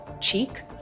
cheek